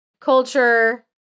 culture